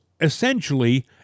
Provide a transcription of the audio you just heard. essentially